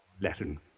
Latin